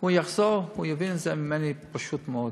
הוא יחזור, הוא יבין את זה ממני, פשוט מאוד.